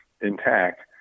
intact